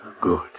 Good